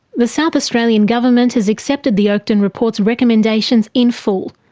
the south australian government has accepted the oakden report's recommendations in full,